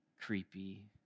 creepy